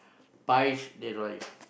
five they don't like you